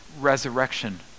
resurrection